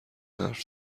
حرف